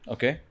Okay